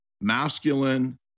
masculine